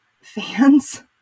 fans